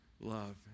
love